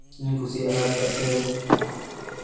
ᱤᱧ ᱠᱩᱥᱤᱭᱟᱜᱼᱟ ᱪᱮᱫᱟᱜ ᱥᱮ